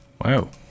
Wow